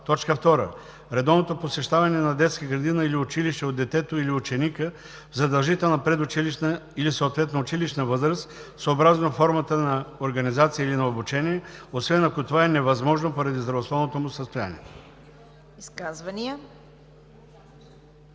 това; 2. редовното посещаване на детска градина или училище от детето или ученика в задължителна предучилищна или съответно училищна възраст съобразно формата на организация или на обучение, освен ако това е невъзможно поради здравословното му състояние.“